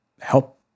help